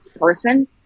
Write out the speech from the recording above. person